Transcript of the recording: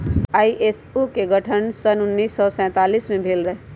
ISO के गठन सन उन्नीस सौ सैंतालीस में भेल रहै